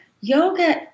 Yoga